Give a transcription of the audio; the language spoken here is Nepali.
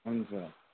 हुन्छ